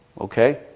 Okay